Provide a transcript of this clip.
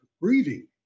breathing